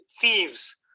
thieves